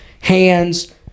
hands